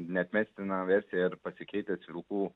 neatmestina versija ir pasikeitęs vilkų